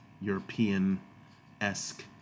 European-esque